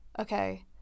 okay